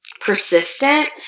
persistent